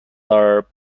are